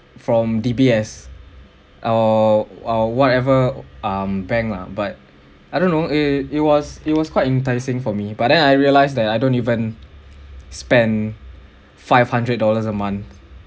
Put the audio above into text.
from D_B_S or wha~ whatever um bank lah but I don't know it it was it was quite enticing for me but then I realised that I don't even spend five hundred dollars a month